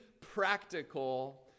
practical